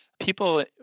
people